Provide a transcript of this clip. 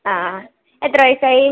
ആ ആ അ എത്ര വയസ്സായി